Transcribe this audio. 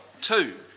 Two